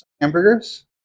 hamburgers